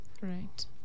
Right